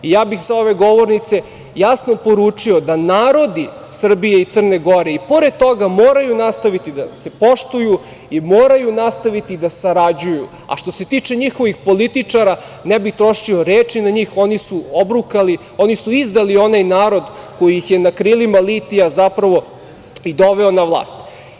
Ja bih sa ove govornice jasno poručio da narodi Srbije i Crne Gore i pored toga moraju nastaviti da se poštuju i moraju nastaviti da sarađuju, a što se tiče njihovih političara ne bih trošio reči na njih, oni su obrukali, oni su izdali onaj narod koji ih je na krilima litija zapravo i doveo na vlast.